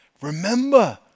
Remember